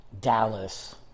Dallas